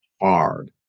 hard